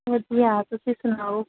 ਵਧੀਆ ਤੁਸੀਂ ਸੁਣਾਓ